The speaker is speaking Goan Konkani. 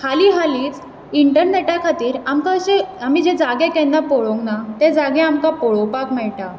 हाली हालींच इन्टर्नेटा खातीर आमकां अशें आमी जे जागे केन्ना पळोवंक ना तें जागे आमकां पळोवपाक मेळटा